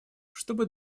чтобы